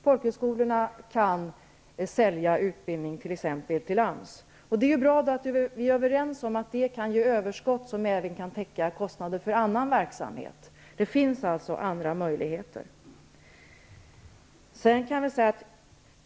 Folkhögskolorna kan sälja utbildning t.ex. till AMS. Det är bra då att vi är överens om att detta kan ge överskott som även täcker kostnader för annan verksamhet. Det finns alltså andra möjligheter.